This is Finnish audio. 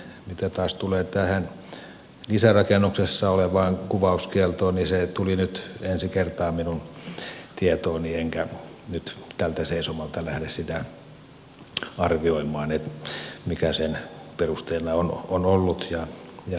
mitä taas tulee tähän lisärakennuksessa olevaan kuvauskieltoon niin se tuli nyt ensi kertaa minun tietooni enkä nyt tältä seisomalta lähde sitä arvioimaan mikä sen perusteena on ollut ja onko sillä perusteita